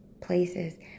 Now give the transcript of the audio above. places